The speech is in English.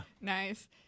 Nice